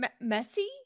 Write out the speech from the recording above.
messy